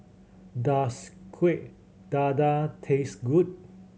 does Kuih Dadar taste good